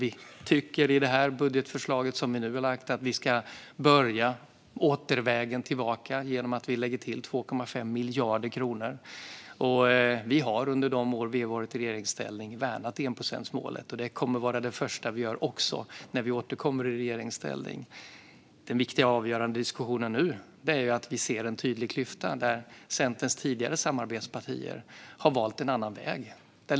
I det budgetförslag vi har lagt fram anser vi att vi ska börja återvägen tillbaka genom att lägga till 2,5 miljarder kronor. Vi har under de år vi har varit i regeringsställning värnat enprocentsmålet. Det kommer att vara det första vi gör när vi återkommer i regeringsställning. Den viktiga och avgörande diskussionen nu är att se en tydlig klyfta där Centerns tidigare samarbetspartier har valt en annan väg.